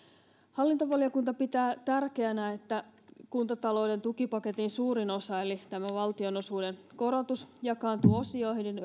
hallintovaliokunta pitää tärkeänä että kuntatalouden tukipaketin suurin osa eli tämä valtionosuuden korotus jakaantuu osioihin